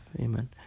Amen